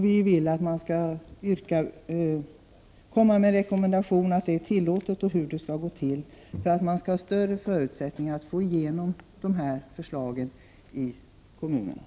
Vi vill att det skall komma en rekommendation om att det är tillåtet med vänorter samt anvisningar om hur det skall gå till, så att det blir större förutsättningar att få igenom sådana här förslag i kommunerna.